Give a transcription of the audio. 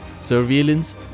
surveillance